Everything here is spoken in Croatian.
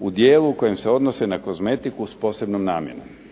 u dijelu u kojem se odnose na kozmetiku s posebnom namjenom.